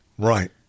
Right